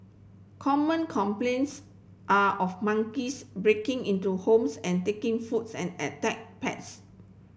common complaints are of monkeys breaking into homes and taking foods and attack pets